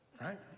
right